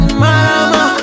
mama